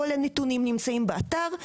כל הנתונים נמצאים באתר.